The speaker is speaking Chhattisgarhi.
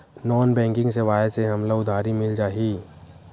नॉन बैंकिंग सेवाएं से हमला उधारी मिल जाहि?